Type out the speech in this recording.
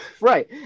Right